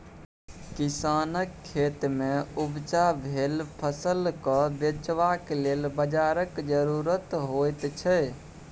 किसानक खेतमे उपजा भेल फसलकेँ बेचबाक लेल बाजारक जरुरत होइत छै